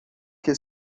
que